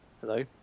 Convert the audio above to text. Hello